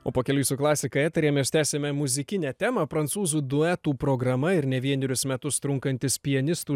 o pakeliui su klasika eteryje mes tęsiame muzikinę temą prancūzų duetų programa ir ne vienerius metus trunkantis pianistų